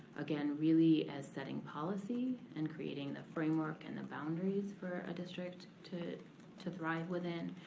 again really as setting policy and creating the framework and the boundaries for a district to to thrive within.